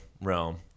realm